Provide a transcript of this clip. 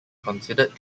considered